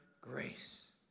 grace